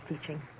teaching